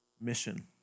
mission